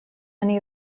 many